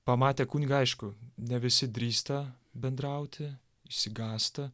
pamatę kunigą aišku ne visi drįsta bendrauti išsigąsta